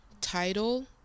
title